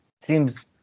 seems